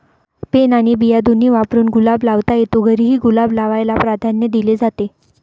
pen आणि बिया दोन्ही वापरून गुलाब लावता येतो, घरीही गुलाब लावायला प्राधान्य दिले जाते